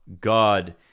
God